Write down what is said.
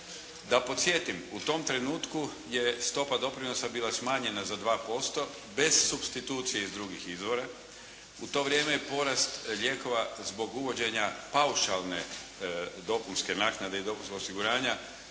Da podsjetim, u tom trenutku je stopa doprinosa bila smanjena za 2% bez supstitucije iz drugih izvora. U to vrijeme je porast lijekova zbog uvođenja paušalne dopunske naknade i dopunskog osiguranja